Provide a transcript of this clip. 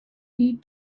need